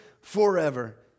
Forever